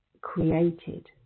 created